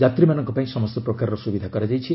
ଯାତ୍ରୀମାନଙ୍କ ପାଇଁ ସମସ୍ତ ପ୍ରକାର ସୁବିଧା କରାଯାଇଛି